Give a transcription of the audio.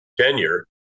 tenure